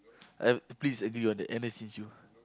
uh please everyone N_S change you